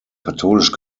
katholisch